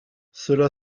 cela